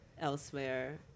elsewhere